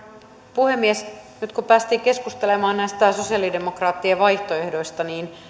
puhemies nyt kun päästiin keskustelemaan näistä sosialidemokraattien vaihtoehdoista